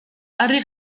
harri